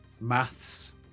Maths